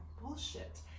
bullshit